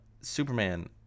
Superman